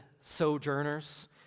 sojourners